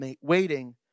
waiting